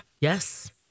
Yes